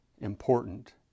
important